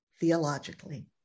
theologically